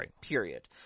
period